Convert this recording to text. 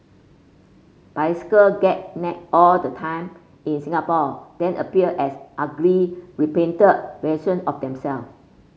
bicycle get nicked all the time in Singapore then appear as ugly repainted version of themselves